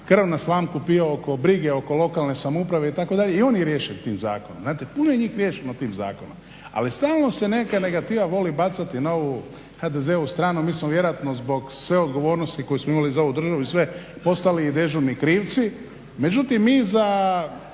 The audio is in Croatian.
krv na slamku pio oko brige oko lokalne samouprave itd. i on je riješen tim zakonom, znate puno je njih riješeno tim zakonom. Ali samo se neka negativa voli bacati na ovu HDZ-ovu stranu. Mi smo vjerojatno zbog sve odgovornosti koju smo imali za ovu državu i sve postali i dežurni krivci. Međutim, mi za,